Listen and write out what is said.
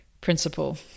principle